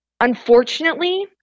unfortunately